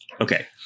Okay